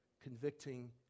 convicting